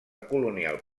colonial